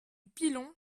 pilon